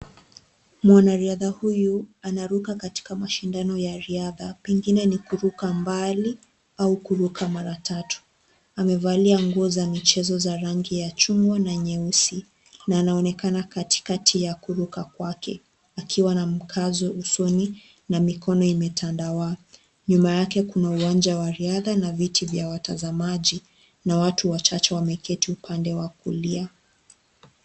Mwanariadha huyu anaruka katika mashindano ya riadha, pengine ni kuruka mbali au kuruka mara tatu, amevalia nguo za michezo za rangi ya chungwa na nyeusi na anaonekana katikati ya kuruka kwake akiwa na mkazo usoni na mikono imetandawaa. Nyuma yake kuna uwanja wa riadha na vitu vya watazamaji na watu wachache wameketi upande wa kulia.